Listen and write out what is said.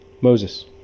Moses